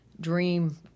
dream